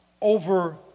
over